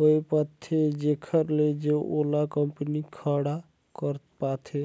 होए पाथे जेखर ले ओहा कंपनी खड़ा कर पाथे